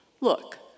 Look